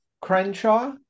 Crenshaw